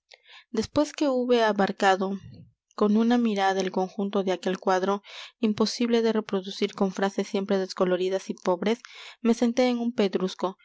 después que hube abarcado con una mirada el conjunto de aquel cuadro imposible de reproducir con frases siempre descoloridas y pobres me senté en un pedrusco